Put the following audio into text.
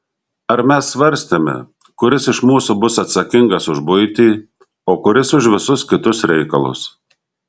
ar mes svarstėme kuris iš mūsų bus atsakingas už buitį o kuris už visus kitus reikalus